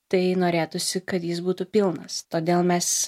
tai norėtųsi kad jis būtų pilnas todėl mes